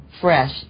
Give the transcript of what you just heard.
fresh